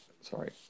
Sorry